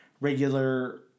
regular